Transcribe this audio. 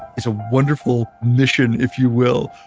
it's a wonderful mission, if you will,